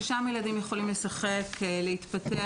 שם הם יכולים לשחק ולהתפתח,